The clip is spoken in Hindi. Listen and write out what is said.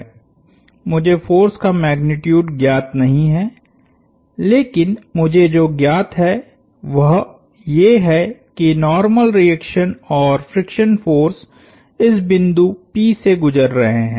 मुझे फोर्स का मैग्नीट्यूड ज्ञात नहीं है लेकिन मुझे जो ज्ञात है वह ये है कि नार्मल रिएक्शन और फ्रिक्शन फोर्स इस बिंदु P से गुजर रहे हैं